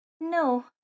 No